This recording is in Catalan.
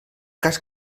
cas